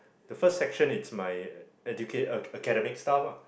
the first section it's my educa~ academic stuff lah